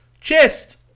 chest